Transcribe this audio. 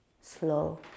slow